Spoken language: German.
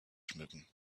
schmücken